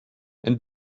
and